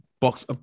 box